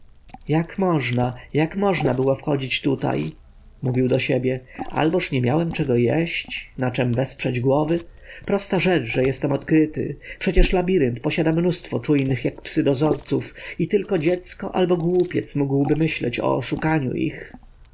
jak można jak można było wchodzić tutaj mówił do siebie alboż nie miałem czego jeść na czem wesprzeć głowy prosta rzecz że jestem odkryty przecież labirynt posiada mnóstwo czujnych jak psy dozorców i tylko dziecko albo głupiec mógłby myśleć o oszukaniu ich